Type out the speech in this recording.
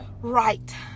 right